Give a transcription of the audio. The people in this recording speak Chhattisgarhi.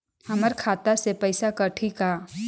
हमर खाता से पइसा कठी का?